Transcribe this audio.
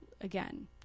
again